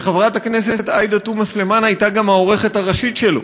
ושחברת הכנסת עאידה תומא סלימאן הייתה גם העורכת הראשית שלו.